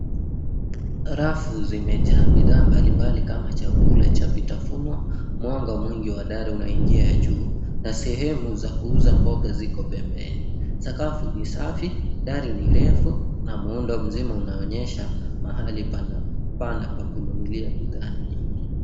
Rafu zimejaa bidhaa mbalimbali kama chakula cha vitafunwa. Mwanga mwingi wa dari unaingia juu na sehemu za kuuza mboga ziko pembeni. Sakafu ni safi, dari ni refu na muundo mzima unaonyesha mahali pana pa kununulia bidhaa nyingi.